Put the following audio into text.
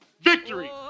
victory